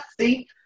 see